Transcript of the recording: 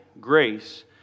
grace